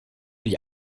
die